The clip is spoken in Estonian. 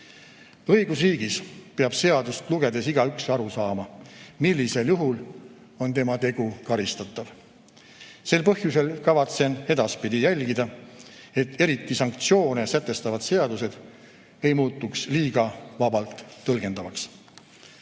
Õigusriigis peab seadust lugedes igaüks aru saama, millisel juhul on tema tegu karistatav. Sel põhjusel kavatsen edaspidi jälgida, et eriti sanktsioone sätestavad seadused ei muutuks liiga vabalt tõlgendatavaks.